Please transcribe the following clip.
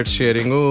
sharing